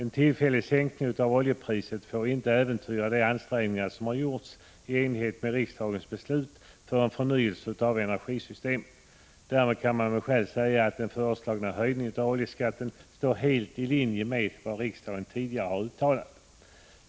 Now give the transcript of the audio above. En tillfällig sänkning av oljepriset får inte äventyra de ansträngningar som har gjorts — i enlighet med riksdagens beslut — för en förnyelse av energisystemet. Därför kan man med skäl säga att den föreslagna höjningen av oljeskatten står helt i linje med vad riksdagen tidigare har uttalat.